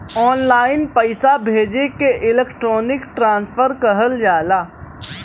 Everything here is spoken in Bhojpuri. ऑनलाइन पइसा भेजे के इलेक्ट्रानिक ट्रांसफर कहल जाला